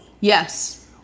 Yes